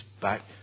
back